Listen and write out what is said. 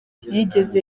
yigeze